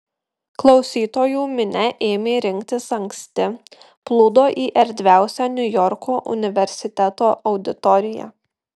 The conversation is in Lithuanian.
klausytojų minia ėmė rinktis anksti plūdo į erdviausią niujorko universiteto auditoriją